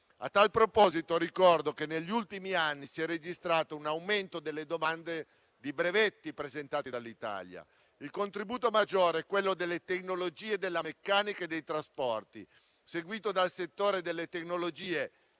A tal proposito, ricordo che negli ultimi anni si è registrato un aumento delle domande di brevetti presentati dall'Italia. Il contributo maggiore è quello delle tecnologie della meccanica e dei trasporti, seguito dal settore delle tecnologie